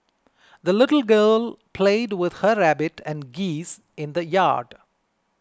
the little girl played with her rabbit and geese in the yard